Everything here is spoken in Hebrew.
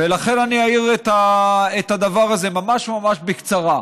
ולכן, אני אעיר את הדבר הזה ממש בקצרה.